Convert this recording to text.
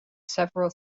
several